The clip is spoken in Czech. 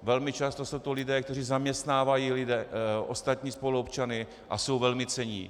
Velmi často jsou to lidé, kteří zaměstnávají ostatní spoluobčany a jsou velmi cenní.